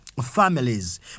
families